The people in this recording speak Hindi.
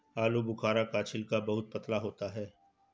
आलूबुखारा का छिलका बहुत पतला होता है